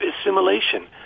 assimilation